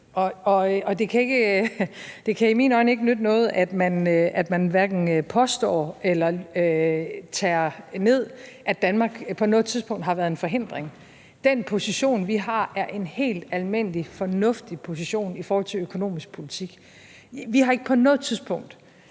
og det kan i mine øjne ikke nytte noget, at man påstår eller tager ned, at Danmark på noget tidspunkt har været en forhindring. Den position, vi har, er en helt almindelig, fornuftig position i forhold til økonomisk politik. Vi har ikke på noget tidspunkt